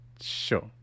Sure